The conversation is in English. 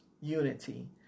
unity